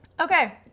Okay